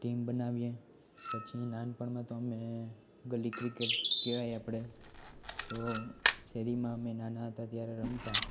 team બનાવીએ પછી નાનપણમાં તો અમે ગલી ક્રિકેટ કહેવાય આપણે તો શેરીમાં અમે નાના હતા ત્યારે રમતા